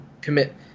commit